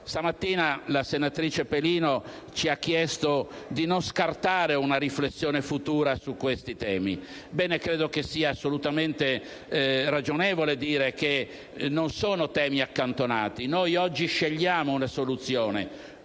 Stamattina la senatrice Pelino ci ha chiesto di non scartare una riflessione futura su questi temi. Bene, credo che sia assolutamente ragionevole dire che non sono temi accantonati. Noi oggi scegliamo una soluzione,